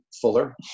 Fuller